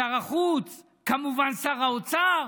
שר החוץ, כמובן שר האוצר